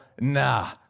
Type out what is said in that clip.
nah